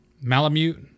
Malamute